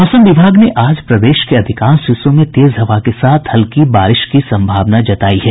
मौसम विभाग ने आज प्रदेश के अधिकांश हिस्सों में तेज हवा के साथ हल्की बारिश की सम्भावना जतायी है